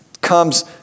comes